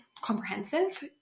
comprehensive